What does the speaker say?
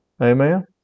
Amen